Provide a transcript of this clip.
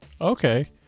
Okay